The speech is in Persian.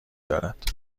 دارد